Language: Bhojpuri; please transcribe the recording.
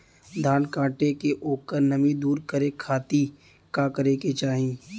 धान कांटेके ओकर नमी दूर करे खाती का करे के चाही?